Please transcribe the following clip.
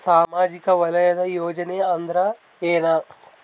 ಸಾಮಾಜಿಕ ವಲಯದ ಯೋಜನೆ ಅಂದ್ರ ಏನ?